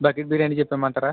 bucket biryani చెప్పేయమంటారా